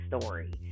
story